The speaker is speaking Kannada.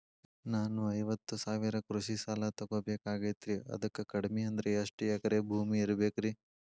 ನಾನು ಐವತ್ತು ಸಾವಿರ ಕೃಷಿ ಸಾಲಾ ತೊಗೋಬೇಕಾಗೈತ್ರಿ ಅದಕ್ ಕಡಿಮಿ ಅಂದ್ರ ಎಷ್ಟ ಎಕರೆ ಭೂಮಿ ಇರಬೇಕ್ರಿ?